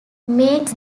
makes